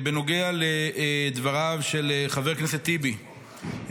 בנוגע לדבריו של חבר הכנסת טיבי,